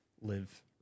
live